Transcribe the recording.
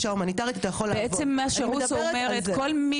כל מי שהביטוח הלאומי נתן את הגמלה,